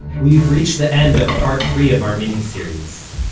we've reached the end of part three of our miniseries.